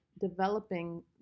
developing